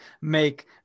make